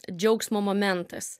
džiaugsmo momentas